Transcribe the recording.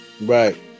Right